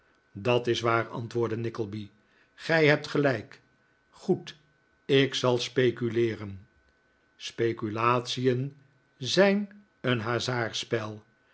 dat s waar antwoordde nickleby gij hebt gelijk goed ik zal speculeeren speculatien zijn een